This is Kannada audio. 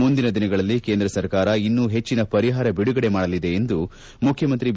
ಮುಂದಿನ ದಿನಗಳಲ್ಲಿ ಕೇಂದ್ರ ಸರ್ಕಾರ ಇನ್ನೂ ಹೆಚ್ಚಿನ ಪರಿಹಾರ ಬಿಡುಗಡೆ ಮಾಡಲಿದೆ ಎಂದು ಮುಖ್ಯಮಂತ್ರಿ ಬಿ